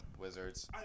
Wizards